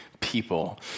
people